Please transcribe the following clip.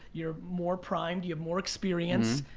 you're more primed, you have more experience.